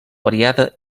variada